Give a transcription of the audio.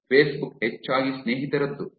Facebook ಹೆಚ್ಚಾಗಿ ಸ್ನೇಹಿತರದ್ದು